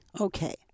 Okay